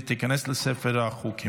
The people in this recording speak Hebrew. שמונה בעד, אפס מתנגדים,